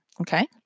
Okay